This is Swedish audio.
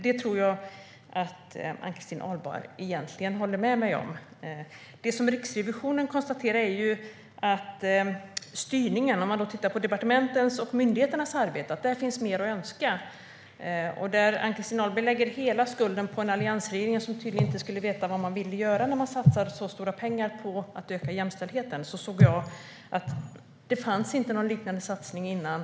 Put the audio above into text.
Det tror jag att Ann-Christin Ahlberg egentligen håller med mig om. Det som Riksrevisionen konstaterar gäller styrningen. När man tittar på departementens och myndigheternas arbete finns det mer att önska. Ann-Christin Ahlberg lägger hela skulden på en alliansregering som tydligen inte skulle veta vad den ville göra när den satsade så stora pengar på att öka jämställheten. Jag ser att det inte fanns någon liknande satsning innan.